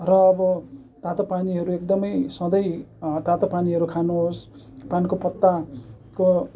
र अब तातो पानीहरू एकदमै सधैँ तातो पानीहरू खानुहोस् पानको पत्ताको